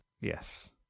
yes